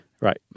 Right